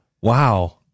Wow